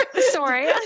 sorry